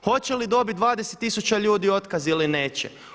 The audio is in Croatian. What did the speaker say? Hoće li dobiti 20 tisuća ljudi otkaz ili neće?